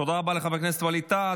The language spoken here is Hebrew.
תודה רבה לחבר הכנסת ווליד טאהא.